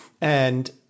And-